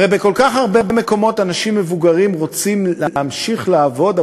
הרי בכל כך הרבה מקומות אנשים מבוגרים רוצים להמשיך לעבוד,